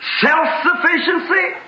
self-sufficiency